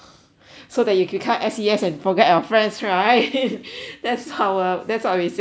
so that you can become S_E_S and forget our friends right that's what that's what we say yesterday